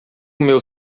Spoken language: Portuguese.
meu